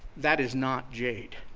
that is not jade.